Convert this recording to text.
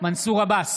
מנסור עבאס,